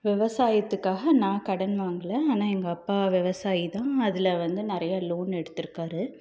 விவசாயத்துக்காக நான் கடன் வாங்கலை ஆனால் எங்கள் அப்பா விவசாயி தான் அதில் வந்து நிறையா லோன் எடுத்திருக்காரு